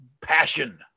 passion